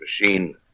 machine